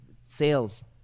sales